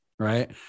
Right